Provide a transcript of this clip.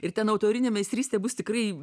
ir ten autorinė meistrystė bus tikrai